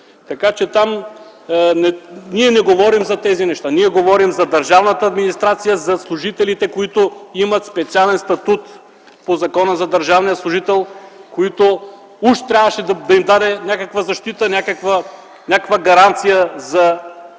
власт. Ние не говорим за тези неща. Ние говорим за държавната администрация, за служителите, които имат специален статут по Закона за държавния служител, на които уж трябваше да им се даде някаква защита, някаква гаранция за това,